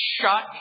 shut